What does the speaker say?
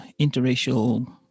interracial